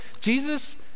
Jesus